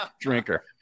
drinker